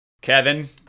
Kevin